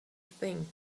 thing